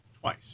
twice